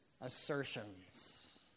assertions